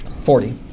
Forty